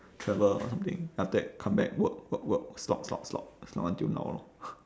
travel or something after that come back work work work slog slog slog slog until now lor